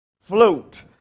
float